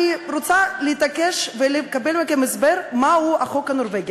אני רוצה להתעקש ולקבל מכם הסבר מהו החוק הנורבגי.